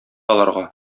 аларга